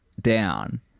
down